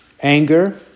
anger